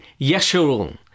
Yeshurun